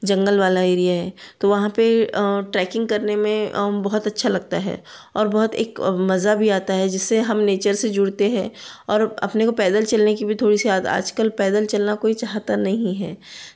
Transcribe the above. जंगल वाला एरिया है तो वहाँ पर ट्रैकिंग करने में बहुत अच्छा लगता है और बहुत एक मज़ा भी आता है जिससे हम नेचर से जुड़ते हैं और अपने को पैदल चलने की भी थोड़ी सी आद आजकल पैदल चलना कोई चाहता नहीं हैं